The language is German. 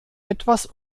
etwas